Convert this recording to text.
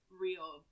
real